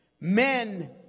Men